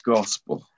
Gospel